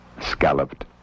scalloped